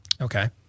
Okay